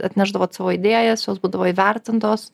atnešdavot savo idėjas jos būdavo įvertintos